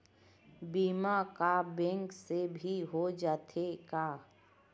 बीमा का बैंक से भी हो जाथे का?